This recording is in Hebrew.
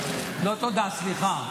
לא תודה, סליחה.